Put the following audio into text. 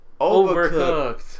Overcooked